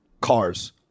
Cars